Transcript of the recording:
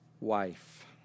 wife